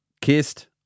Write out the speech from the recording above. kissed